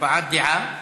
הבעת דעה.